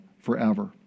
forever